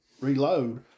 reload